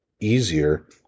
easier